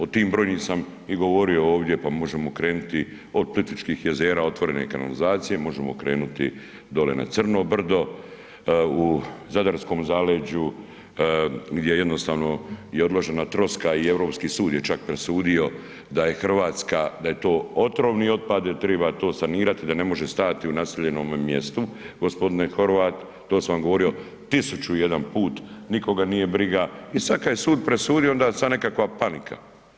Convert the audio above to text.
O tim brojnim sam i govorio ovdje pa možemo krenuti od Plitvičkih jezera, otvorene kanalizacije, možemo krenuti dole na Crno brdo u Zadarskom zaleđu gdje jednostavno je odložena troska i Europski sud je čak presudio da je Hrvatska, da je to otrovni otpad da treba to sanirati, da ne može stajati u naseljenom mjestu gospodine Horvat to sam vam govorio tisuću i jadan put, nikoga nije briga i sad kad je sud presudio onda sad nekakva panika.